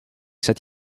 zet